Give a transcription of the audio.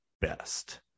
best